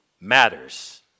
matters